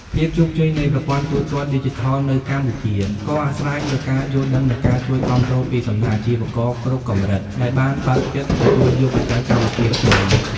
ភាពជោគជ័យនៃប្រព័ន្ធទូទាត់ឌីជីថលនៅកម្ពុជា ក៏អាស្រ័យលើការយល់ដឹង និងការជួយគាំទ្រពីសំណាក់អាជីវករគ្រប់កម្រិត ដែលបានបើកចិត្តទទួលយកបច្ចេកវិទ្យាថ្មី។